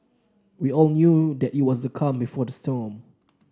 we all knew that it was the calm before the storm